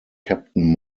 captain